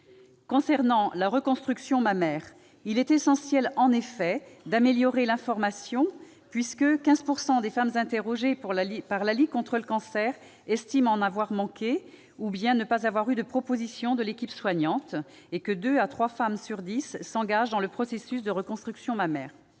Concernant la reconstruction mammaire, il est essentiel d'améliorer l'information puisque 15 % des femmes interrogées par la Ligue contre le cancer estiment en avoir manqué ou ne pas avoir eu de proposition de l'équipe soignante, et que deux ou trois femmes sur dix s'engagent dans le processus de reconstruction mammaire.